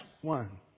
One